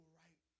right